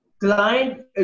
client